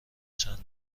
چند